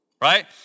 right